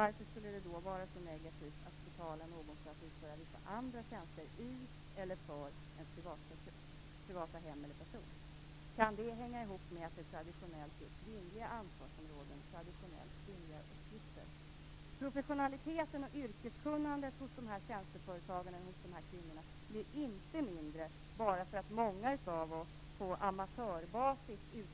Varför skulle det då vara så negativt att betala någon för att utföra vissa andra tjänster i hemmet eller för en privatperson? Kan det hänga ihop med att det är traditionellt kvinnliga ansvarsområden, traditionellt kvinnliga arbetsuppgifter? Professionaliteten och yrkeskunnandet hos dessa tjänsteföretagare eller dessa kvinnor blir inte mindre bara därför att många av oss utför dessa sysslor